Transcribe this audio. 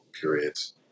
periods